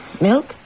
Milk